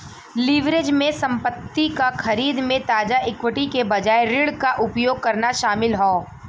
leverage में संपत्ति क खरीद में ताजा इक्विटी के बजाय ऋण क उपयोग करना शामिल हौ